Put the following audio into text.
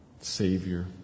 Savior